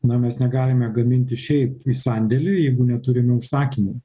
na mes negalime gaminti šiaip į sandėlį jeigu neturime užsakymų